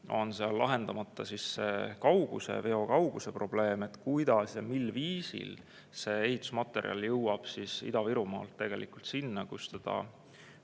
on seal lahendamata veokauguse probleem, et kuidas ja mil viisil see ehitusmaterjal jõuab Ida-Virumaalt tegelikult sinna, kus seda